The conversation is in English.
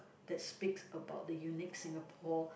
that speaks about the unique Singapore